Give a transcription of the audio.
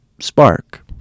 spark